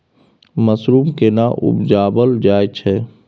Mushroom केना उबजाबल जाय छै?